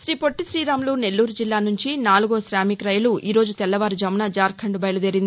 శ్రీపొట్టి శ్రీరాములు నెల్లూరు జిల్లా నుంచి నాలుగో శామిక్ రైలు ఈ రోజు తెల్లవారుజామున జార్కండ్ బయలుదేరింది